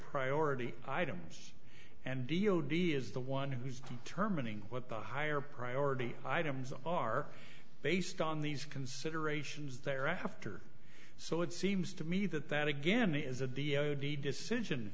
priority items and d o d is the one who's terminating what the higher priority items are based on these considerations thereafter so it seems to me that that again is a d o d decision